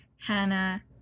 Hannah